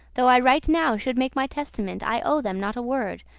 though i right now should make my testament i owe them not a word,